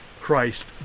Christ